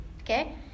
Okay